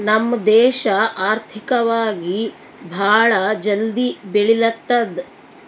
ನಮ್ ದೇಶ ಆರ್ಥಿಕವಾಗಿ ಭಾಳ ಜಲ್ದಿ ಬೆಳಿಲತ್ತದ್